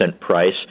price